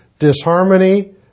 Disharmony